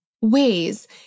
ways